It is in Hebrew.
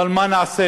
אבל מה נעשה,